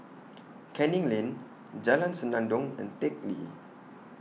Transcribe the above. Canning Lane Jalan Senandong and Teck Lee